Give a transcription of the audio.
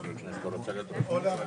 שוב, אני